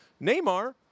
Neymar